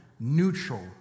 neutral